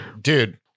Dude